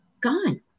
gone